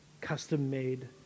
custom-made